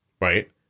right